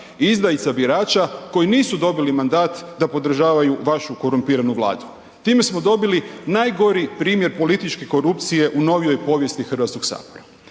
izdajica birača koji nisu dobili mandat da podržavaju vašu korumpiranu Vladu. Time smo dobili najgori primjer političke korupcije u novijoj povijesti HS-a.